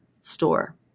store